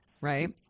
right